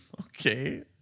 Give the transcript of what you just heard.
Okay